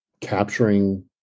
capturing